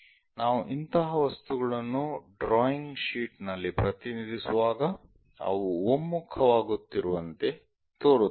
ನಾವು ಇಂತಹ ವಸ್ತುಗಳನ್ನು ಡ್ರಾಯಿಂಗ್ ಶೀಟ್ ನಲ್ಲಿ ಪ್ರತಿನಿಧಿಸುವಾಗ ಅವು ಒಮ್ಮುಖವಾಗುತ್ತಿರುವಂತೆ ತೋರುತ್ತದೆ